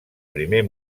primer